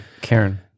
Karen